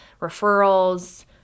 referrals